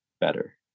better